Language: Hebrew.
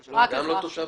רק אזרח.